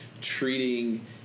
treating